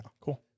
Cool